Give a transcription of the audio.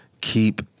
keep